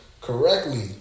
correctly